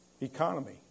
Economy